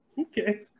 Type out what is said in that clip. okay